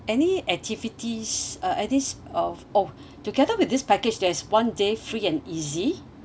any activities uh at least of oh together with this package there's one day free and easy